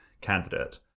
candidate